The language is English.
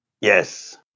Yes